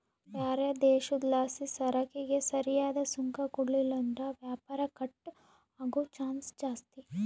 ಬ್ಯಾರೆ ದೇಶುದ್ಲಾಸಿಸರಕಿಗೆ ಸರಿಯಾದ್ ಸುಂಕ ಕೊಡ್ಲಿಲ್ಲುದ್ರ ವ್ಯಾಪಾರ ಕಟ್ ಆಗೋ ಚಾನ್ಸ್ ಜಾಸ್ತಿ